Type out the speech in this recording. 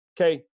okay